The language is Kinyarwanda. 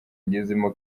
agezemo